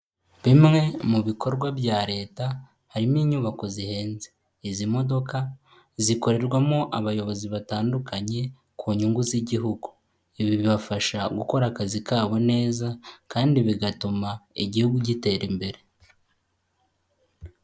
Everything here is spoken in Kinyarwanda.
Bimwe mu bikorwa bya leta, harimo inyubako zihenze. Izi modoka zikorerwamo abayobozi batandukanye ku nyungu z'igihugu. Ibi bibafasha gukora akazi kabo neza kandi bigatuma igihugu gitera imbere.